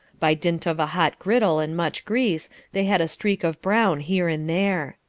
by dint of a hot griddle and much grease they had a streak of brown here and there.